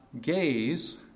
gaze